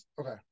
Okay